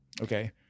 okay